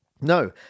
No